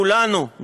כולנו,